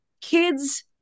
kids